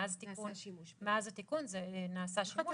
מאז התיקון נעשה שימוש.